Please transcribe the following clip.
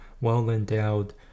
well-endowed